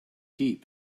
deep